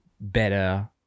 better